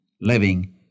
living